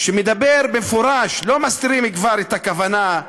שמדבר במפורש, כבר לא מסתירים את הכוונה,